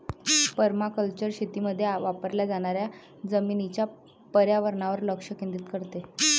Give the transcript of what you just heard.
permaculture शेतीमध्ये वापरल्या जाणाऱ्या जमिनीच्या पर्यावरणावर लक्ष केंद्रित करते